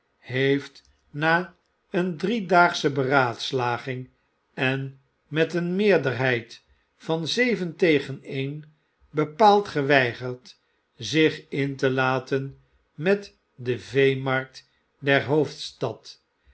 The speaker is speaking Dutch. heeft na een driedaagsche beraadslaging en met een meerderheid van zeven tegen een bepaaldgeweigerd zich in te laten met de veemarkt der hoofdstad